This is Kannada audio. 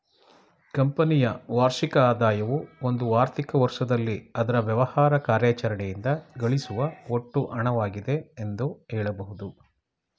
ಕಂಪನಿಯ ವಾರ್ಷಿಕ ಆದಾಯವು ಒಂದು ಆರ್ಥಿಕ ವರ್ಷದಲ್ಲಿ ಅದ್ರ ವ್ಯವಹಾರ ಕಾರ್ಯಾಚರಣೆಯಿಂದ ಗಳಿಸುವ ಒಟ್ಟು ಹಣವಾಗಿದೆ ಎಂದು ಹೇಳಬಹುದು